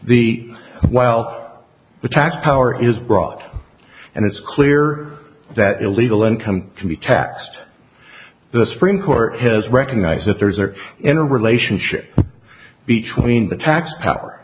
the wealth the tax power is brought and it's clear that illegal income can be taxed the supreme court has recognized that there's are in a relationship between the tax power